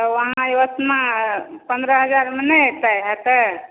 तब अहाँ ओतना पनरह हजारमे नहि हेतै